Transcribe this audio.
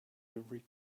every